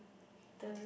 the